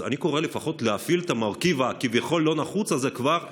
אני קורא לפחות להפעיל את המרכיב הכביכול-לא-נחוץ הזה כבר היום,